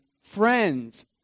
Friends